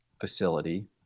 facility